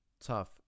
tough